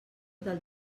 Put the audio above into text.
del